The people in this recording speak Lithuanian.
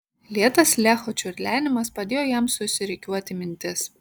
lėtas lecho čiurlenimas padėjo jam susirikiuoti mintis